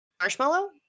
Marshmallow